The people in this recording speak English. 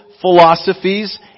philosophies